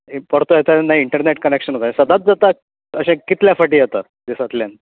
परतो येता तेन्ना इनटर्नॅट कन्नेक्शन जाय सदांच जाता अशें कितले फाटी जाता दिसांतल्यान